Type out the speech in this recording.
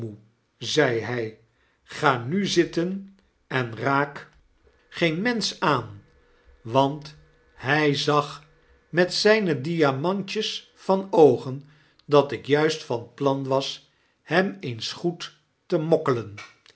zei hy ga nu zittenenraak naae het kostschool geen mensch aan want hy zag met zijne diamantjes van oogen datikjuist van plan was hem eens goed te mokkelen